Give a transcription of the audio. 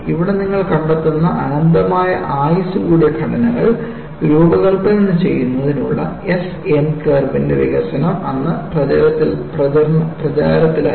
ഇവിടെ നിങ്ങൾ കണ്ടെത്തുന്ന അനന്തമായ ആയുസ്സ് കൂടിയ ഘടനകൾ രൂപകൽപ്പന ചെയ്യുന്നതിനുള്ള S N കർവിന്റെ വികസനം അന്ന് പ്രചാരത്തിലായിരുന്നു